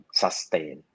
sustain